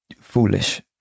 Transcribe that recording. foolish